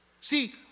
See